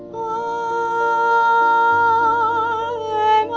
ah,